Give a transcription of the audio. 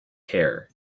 kerr